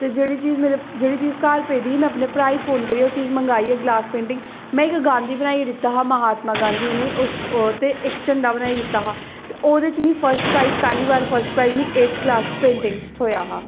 ते जेह्ड़ी चीज मेरे जेह्ड़ी मेरे घर पेदी ही में अपने भ्राऽ ई फोन करियै ओह् चीज मंगाई ग्लास पेंटिंग में इक गांधी बनाइयै दित्ता हा महात्मा गांधी ते इक झंडा बनाई दित्ता हा ते ओह्दे च मीं फस्ट प्राइज पैह्ले बार फस्ट प्राइज मीं एठ्थ क्लास च मीं पेंटिंग च थ्होआ हा